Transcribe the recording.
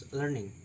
learning